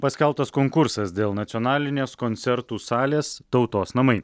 paskelbtas konkursas dėl nacionalinės koncertų salės tautos namai